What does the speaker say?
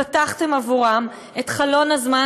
ופתחתם עבורם את חלון הזמן,